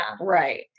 right